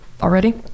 already